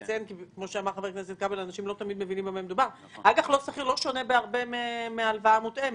אג"ח לא סחיר לא שונה הרבה מהלוואה מותאמת.